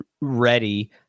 ready